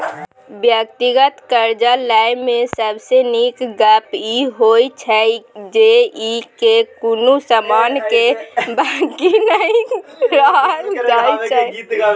व्यक्तिगत करजा लय मे सबसे नीक गप ई होइ छै जे ई मे कुनु समान के बन्हकी नहि राखल जाइत छै